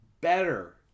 Better